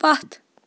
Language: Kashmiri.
پَتھ